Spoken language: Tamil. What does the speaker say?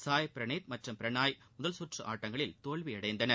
சாய் பிரனீத் மற்றும் பிரனாய் முதல் சுற்று ஆட்டங்களில் தோல்வி அடைந்தனர்